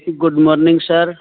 good morning sir